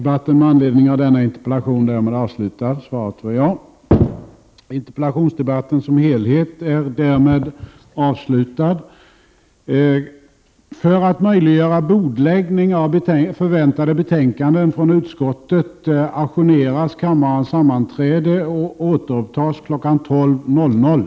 Vad är anledningen till att regeringen i dag beslutat ge tillstånd till tullfri införsel på färjelinjen Ystad-Rönne - färjelinjen är statligt ägd — men ej till linjen Simrishamn-Allinge, som drivs i privat regi och vars ansökan behandlades vid samma tillfälle?